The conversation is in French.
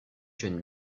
jeune